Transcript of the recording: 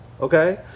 okay